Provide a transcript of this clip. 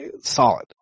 solid